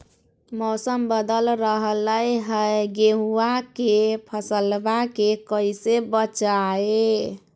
मौसम बदल रहलै है गेहूँआ के फसलबा के कैसे बचैये?